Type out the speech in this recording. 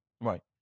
Right